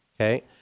Okay